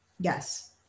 Yes